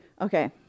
Okay